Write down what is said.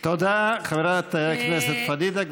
תודה, חברת הכנסת פדידה.